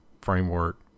framework